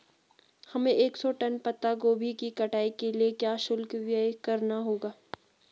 हमें एक सौ टन पत्ता गोभी की कटाई के लिए क्या शुल्क व्यय करना होगा?